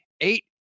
Eight